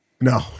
No